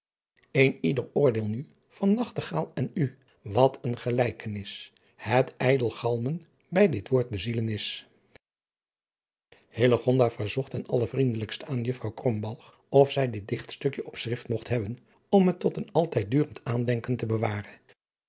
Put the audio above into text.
een yder oordeel nu van nachtegael en u wat een gelijkenis het ijdel galmen by dit woord bezielen is hillegonda verzocht ten allervriendelijkste aan juffrouw krombalg of zij dit dichtstukje adriaan loosjes pzn het leven van hillegonda buisman op schrift mogt hebben om het tot een altijddurend aandenken te bewaren